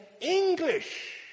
English